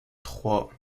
trois